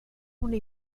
una